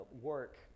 work